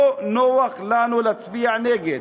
לא נוח לנו להצביע נגד.